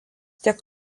tiek